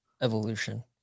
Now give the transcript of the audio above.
Evolution